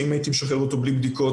שהייתי משחרר אותו בלי בדיקות,